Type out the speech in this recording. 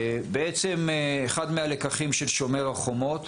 בעצם אחד מהלקחים של שומר החומות,